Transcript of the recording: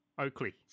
Oakley